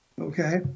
Okay